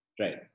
Right